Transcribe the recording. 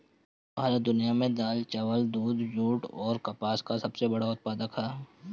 भारत दुनिया में दाल चावल दूध जूट आउर कपास का सबसे बड़ा उत्पादक ह